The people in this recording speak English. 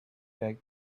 back